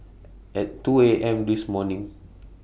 At two A M This morning